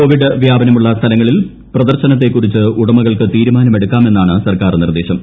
Covid പ്യാപ്പുനമുള്ള സ്ഥലങ്ങളിൽ പ്രദർശനത്തെ കുറിച്ച് ഉടമകൾക്ക് തീരുമാനമെടുക്കാമെന്നാണ് സർക്കാർ നിർദേശം